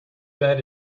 bet